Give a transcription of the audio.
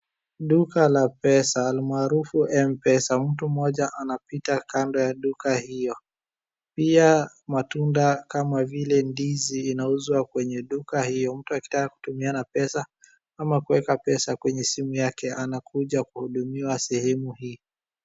Duka la pesa almaarufu M-PESA. Mtu mmoja anapita kando ya duka hio. Pia matunda kama vile ndizi inauzwa kwenye duka hio. Mtu akitaka kutumiana pesa ama kuweka pesa kwenye simu yake anakuja kuhudumiwa sehemu hii.